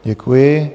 Děkuji.